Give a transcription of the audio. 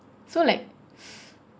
so like